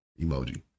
emoji